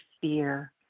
fear